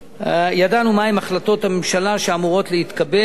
ידענו מהן החלטות הממשלה שאמורות להתקבל,